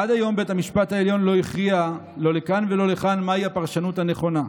עד היום בית המשפט העליון לא הכריע לכאן או לכאן מהי הפרשנות הנכונה.